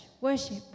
worship